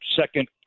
second